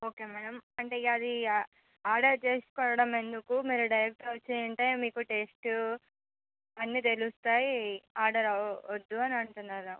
okay madam అంటే అది order చేసుకోవడం ఎందుకు మీరు డైరెక్ట్గా వచ్చారంటే మీకు టేస్ట్ అన్నీ తెలుస్తాయి ఆర్డర్ వద్దు అని అంటున్నారు